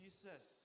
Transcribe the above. Jesus